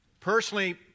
Personally